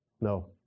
No